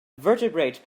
vertebrate